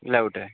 layout आहे